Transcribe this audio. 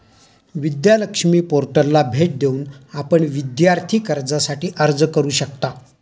विद्या लक्ष्मी पोर्टलला भेट देऊन आपण विद्यार्थी कर्जासाठी अर्ज करू शकता